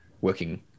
working